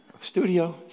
Studio